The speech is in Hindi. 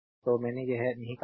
तो मैंने यह नहीं काटा है